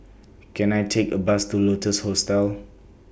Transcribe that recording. Can I Take A Bus to Lotus Hostel